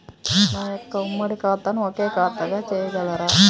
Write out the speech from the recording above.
నా యొక్క ఉమ్మడి ఖాతాను ఒకే ఖాతాగా చేయగలరా?